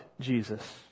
Jesus